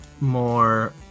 more